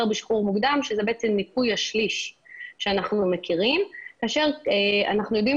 בשחרור מוקדם שזה בעצם ניכוי השליש שאנחנו מכירים כאשר אנחנו יודעים